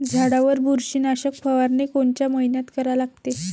झाडावर बुरशीनाशक फवारनी कोनच्या मइन्यात करा लागते?